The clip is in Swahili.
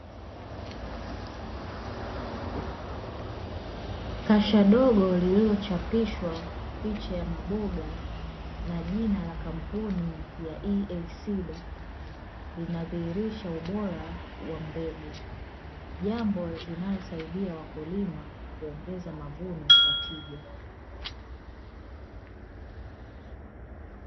Kasha dogo lililochapishwa picha ya maboga na jina la kampuni ya eacdo linadhihirisha ubora wa mbegu jambo linalosaidia wakulima kuongeza mavuno kwa tija.